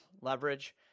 leverage